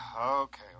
Okay